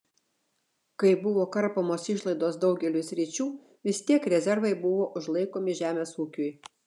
kai buvo karpomos išlaidos daugeliui sričių vis tiek rezervai buvo užlaikomi žemės ūkiui